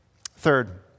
Third